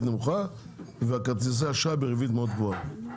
נמוכה וחברות כרטיסי בריבית מאוד גבוהה.